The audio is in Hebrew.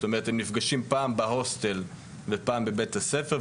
זאת אומרת הם נפגשים פעם בהוסטל ופעם בבית הספר,